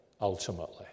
ultimately